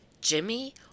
Jimmy